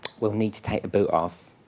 we'll need to take the boot off.